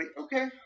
Okay